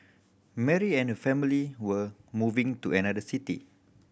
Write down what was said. Mary and her family were moving to another city